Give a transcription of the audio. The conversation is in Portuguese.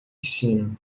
piscina